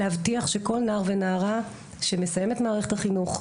להבטיח שכל נער ונערה שמסיים את מערכת החינוך,